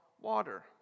water